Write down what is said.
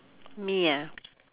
me ah